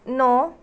ਨੌਂ